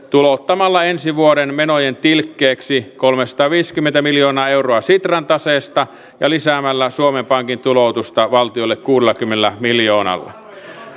tulouttamalla ensi vuoden menojen tilkkeeksi kolmesataaviisikymmentä miljoonaa euroa sitran taseesta ja lisäämällä suomen pankin tuloutusta valtiolle kuudellakymmenellä miljoonalla